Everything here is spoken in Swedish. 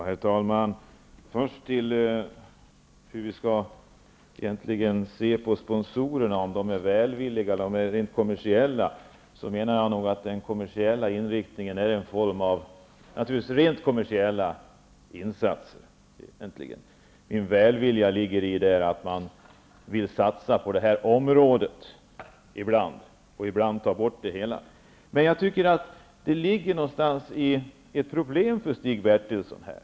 Herr talman! När det gäller hur vi egentligen skall se på sponsorerna och om de är välvilliga eller rent kommersiella är själva inriktningen en form av rent kommersiella insatser. Välviljan där ligger i att man vill satsa på detta område ibland. Ibland vill man ta bort det hela. Det finns ett problem för Stig Bertilsson här.